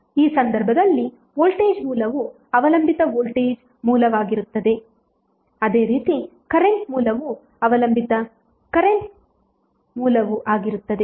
ಈ ಸಂದರ್ಭದಲ್ಲಿ ವೋಲ್ಟೇಜ್ ಮೂಲವು ಅವಲಂಬಿತ ವೋಲ್ಟೇಜ್ ಮೂಲವಾಗಿರುತ್ತದೆ ಅದೇ ರೀತಿ ಕರೆಂಟ್ ಮೂಲವು ಅವಲಂಬಿತ ಕರೆಂಟ್ ಮೂಲವೂ ಆಗಿರುತ್ತದೆ